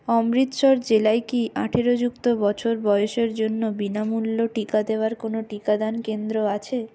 অমৃতসর জেলায় কি আঠারো যুক্ত বছর বয়সের জন্য বিনামূল্য টিকা দেওয়ার কোনও টিকাদান কেন্দ্র আছে